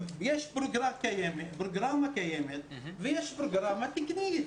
יש פרוגרמה קיימת ויש פרוגרמה תקנית.